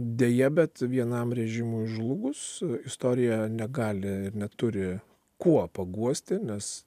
deja bet vienam režimui žlugus istorija negali ir neturi kuo paguosti nes